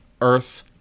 Earth